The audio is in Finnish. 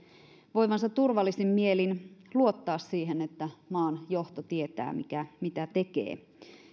voivansa turvallisin mielin luottaa siihen että maan johto tietää mitä tekee